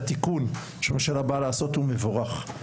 התיקון שהממשלה באה לעשות הוא מבורך.